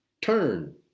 turn